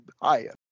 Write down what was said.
higher